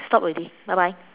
stop already bye bye